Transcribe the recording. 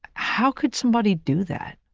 how could somebody do that?